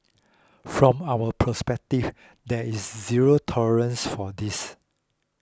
from our perspective there is zero tolerance for this